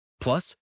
Plus